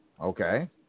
Okay